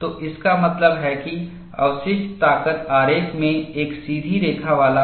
तो इसका मतलब है कि अवशिष्ट ताकत आरेख में एक सीधी रेखा वाला